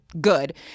good